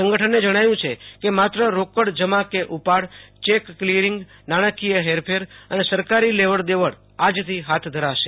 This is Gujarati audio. સંગઠને જણાવ્યુ છે કે માત્ર રોકડ જમા કે ઉપાડ ચેક કલીયરીંગનાણાકીય હેરફેર અને સરકારી લેવડ દેવડ આજ થી હાથ ધરાશે